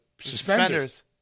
suspenders